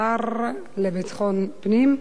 השר לביטחון פנים,